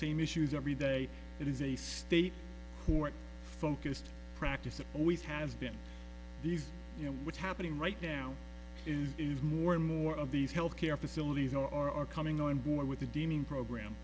same issues every day it is a state court focused practice it always has been these you know what's happening right now is more and more of these health care facilities or are coming on board with the deeming